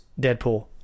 deadpool